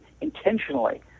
intentionally